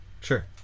Sure